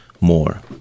more